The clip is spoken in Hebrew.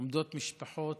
עומדות משפחות